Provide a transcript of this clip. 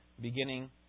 beginning